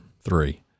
three